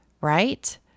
right